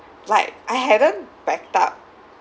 like I hadn't backed up